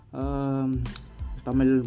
Tamil